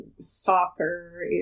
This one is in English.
soccer